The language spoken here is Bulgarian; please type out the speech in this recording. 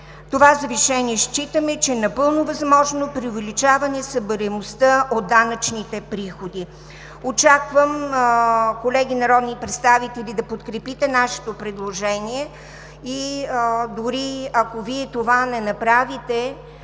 Това завишение считаме, че е напълно възможно при увеличаване събираемостта от данъчните приходи. Очаквам, колеги народни представители, да подкрепите нашето предложение и дори, ако Вие не направите